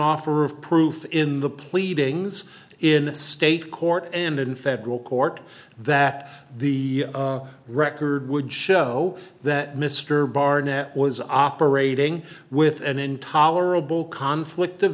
offer of proof in the pleadings in a state court and in federal court that the record would show that mr barnett was operating with an intolerable conflict of